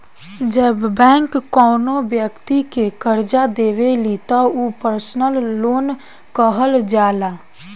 जब बैंक कौनो बैक्ति के करजा देवेली त उ पर्सनल लोन कहल जाला